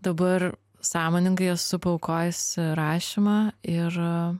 dabar sąmoningai esu paaukojusi rašymą ir